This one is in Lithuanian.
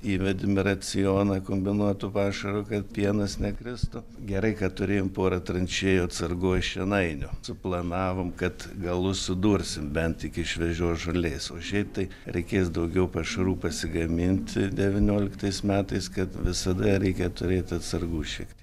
įvedėm į racioną kombinuotų pašarų kad pienas nekristų gerai kad turėjom porą tranšėjų atsargoj šienainio suplanavom kad galus sudursim bent iki šviežios žolės o šiaip tai reikės daugiau pašarų pasigaminti devynioliktais metais kad visada reikia turėti atsargų šiek tiek